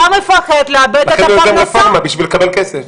לכן הוא יוצר רפורמה, בשביל לקבל כסף.